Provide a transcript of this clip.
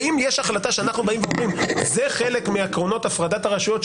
ואם יש החלטה שאנחנו אומרים שזה חלק מעקרונות הפרדת הרשויות,